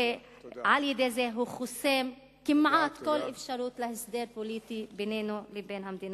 ועל-ידי זה הוא חוסם כמעט כל אפשרות להסדר פוליטי בינינו לבין המדינה.